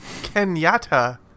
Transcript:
Kenyatta